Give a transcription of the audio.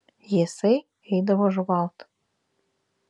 jisai eidavo žuvaut